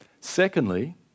Secondly